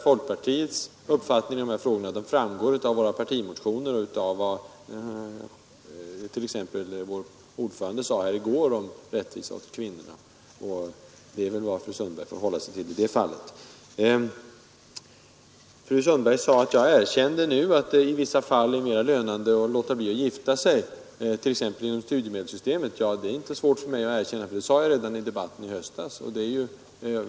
Folkpartiets uppfattning i dessa frågor framgår av våra partimotioner och av vad t.ex. vår ordförande sade här i går om rättvisa åt kvinnorna. Det är vad fru Sundberg får hålla sig till i det fallet. Fru Sundberg sade att jag nu erkände att det i vissa fall är mer lönande att låta bli att gifta sig, t.ex. genom studiemedelssystemet. Ja, det är inte svårt för mig att erkänna; det sade jag redan i debatten i höstas.